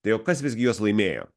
tai o kas visgi juos laimėjo